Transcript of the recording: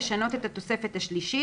לשנות את התוספת השלישית,